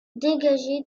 dégagé